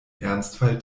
ernstfall